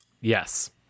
Yes